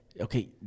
Okay